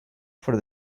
for